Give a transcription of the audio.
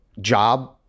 job